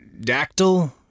dactyl